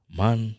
Man